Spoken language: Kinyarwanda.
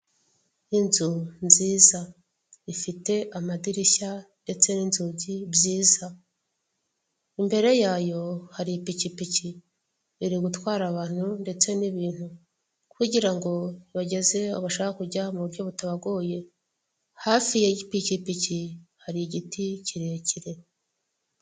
Inzu nziza ifite amadirishya ndetse n'inzugi, imbere yayo hari ipikipiki iri gutwara abantu ndetse n'ibintu kugira ngo ibageze iyo babasha kujya mu buryo butabagoye hafi y'ipikipiki hari igiti kirekire.